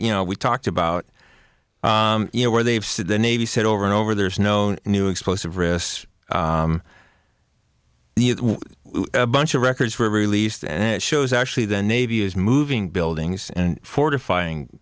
you know we talked about you know where they've said the navy said over and over there's no new explosive ris a bunch of records were released and it shows actually the navy is moving buildings and fortifying